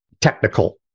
technical